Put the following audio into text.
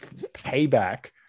payback